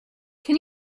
can